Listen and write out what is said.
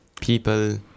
people